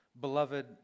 Beloved